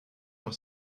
dans